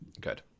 Good